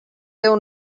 deu